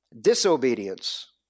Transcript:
Disobedience